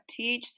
THC